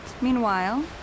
Meanwhile